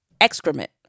excrement